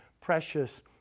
precious